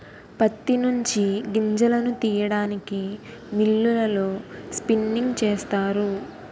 ప్రత్తి నుంచి గింజలను తీయడానికి మిల్లులలో స్పిన్నింగ్ చేస్తారు